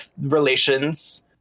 relations